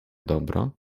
dobro